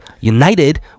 united